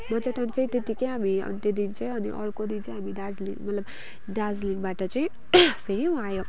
म चाहिँ त्यहाँदेखि फेरि त्यतिकै हामी त्यो दिन चाहिँ अनि अर्को दिन चाहिँ हामी दार्जिलिङ मतलब दार्जिलिङबाट चाहिँ फेरि वहाँ आयो